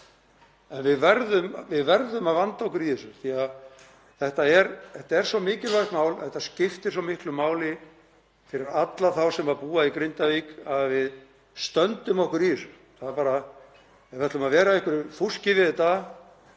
En við verðum að vanda okkur í þessu því að þetta er svo mikilvægt mál. Það skiptir svo miklu máli fyrir alla þá sem búa í Grindavík að við stöndum okkur í þessu, ætlum ekki að vera í einhverju fúski við þetta.